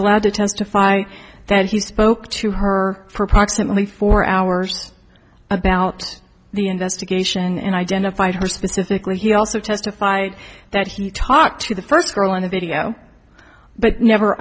allowed to testify that he spoke to her for approximately four hours about the investigation and identified her specifically he also testified that he talked to the first girl in a video but never